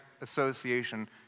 Association